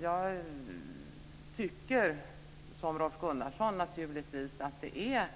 Jag tycker naturligtvis som Rolf Gunnarsson att det är